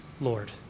Lord